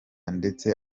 ndetse